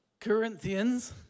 Corinthians